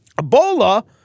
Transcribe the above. Ebola